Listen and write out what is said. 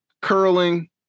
curling